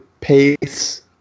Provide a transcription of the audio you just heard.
pace